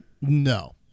No